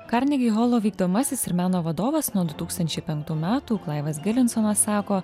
karnegi holo vykdomasis ir meno vadovas nuo du tūkstančiai penktų metų klaivas gilinsonas sako